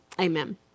Amen